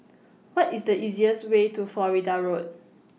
What IS The easiest Way to Florida Road